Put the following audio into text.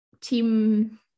team